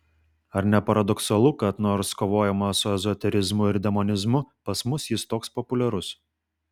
ar ne paradoksalu kad nors kovojama su ezoterizmu ir demonizmu pas mus jis toks populiarus